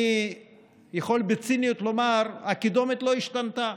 אני יכול בציניות לומר: הקידומת לא השתנתה.